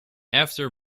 after